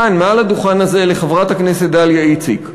כאן, מעל הדוכן הזה, לחברת הכנסת דליה איציק,